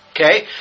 Okay